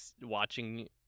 watching